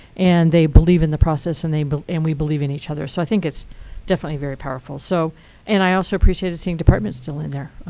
and they believe in the process. and and we believe in each other. so i think it's definitely very powerful. so and i also appreciate seeing departments still in there.